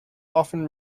often